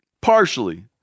partially